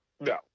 no